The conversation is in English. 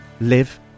live